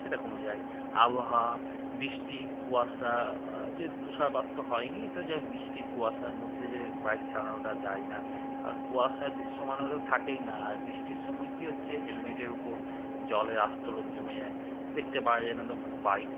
সেটা কমে যায় আবহাওয়া বৃষ্টি কুয়াশা যে তুষারপাত তো হয়নি তো যাইহোক বৃষ্টি কুয়াশার মধ্যে যে বাইক চালানোটা যায় না কারণ কুয়াশার দৃশ্য মানে হলো থাকেই না আর বৃষ্টির সময় কী হচ্ছে হেলমেটের উপর জলের আস্তরণ জমে যায় দেখতে পাওয়া যায় না তো বাইক